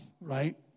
right